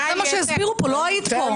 זה מה שהסבירו פה, לא היית פה.